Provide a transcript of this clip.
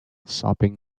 sopping